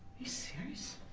you serious?